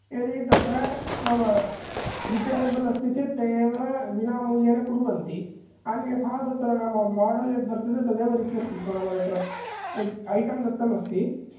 यदि तत्र नाम रिपेरेबल् अस्ति चेत् ते एव विना मूल्येन कुर्वन्ति अन्यथा तत्र नाम मोडेल् यद्वर्तते तदेव रिप्लेस् कृत्वा नाम तत्र यद् ऐटं दत्तमस्ति